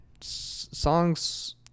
songs